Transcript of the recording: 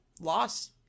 loss